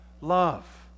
Love